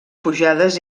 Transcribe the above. pujades